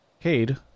Cade